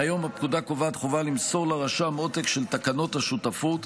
כיום הפקודה קובעת חובה למסור לרשם עותק של תקנות השותפות.